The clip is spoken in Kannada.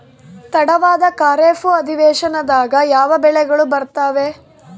ತಡವಾದ ಖಾರೇಫ್ ಅಧಿವೇಶನದಾಗ ಯಾವ ಬೆಳೆಗಳು ಬರ್ತಾವೆ?